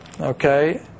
Okay